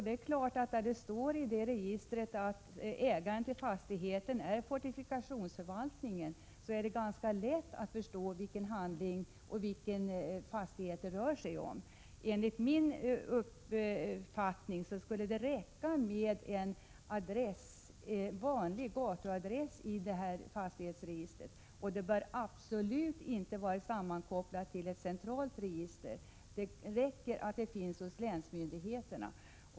Det är klart att när det i detta register står att ägaren till fastigheten är fortifikationsförvaltningen är det ganska lätt att förstå vilken handling och vilken fastighet det rör sig om. Enligt min uppfattning skulle det räcka om man hade en vanlig gatuadress i detta fastighetsregister. Och registret bör absolut inte vara sammankopplat med ett centralt register. Det räcker att det finns hos länsmyndigheten.